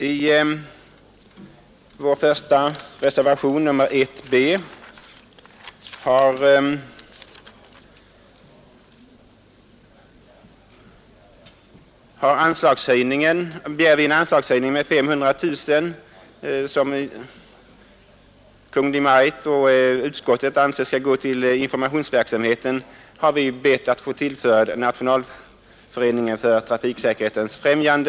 I reservationen 1 b begär vi att den av Kungl. Maj:t och utskottsmajo riteten föreslagna anslagshöjningen om 500 000 kronor till informationsverksamheten i stället skall gå till Nationalföreningen för trafiksäkerhetens främjande.